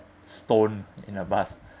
stone in a bus